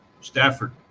Stafford